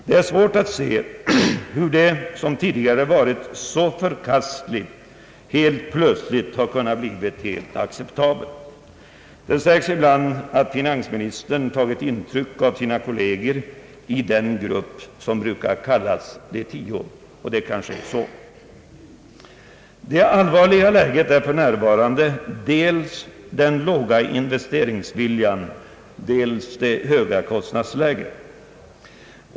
Det är svårt att se hur det som tidigare varit så förkastligt helt plötsligt har kunnat bli acceptabelt. Det sägs ibland att finansministern tagit intryck av sina kolleger i den grupp som brukar kallas »De tio». Det är kanske så. Det allvarliga i läget är för närvarande dels den låga investeringsviljan, dels det höga kostnadsläget.